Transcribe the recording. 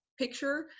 picture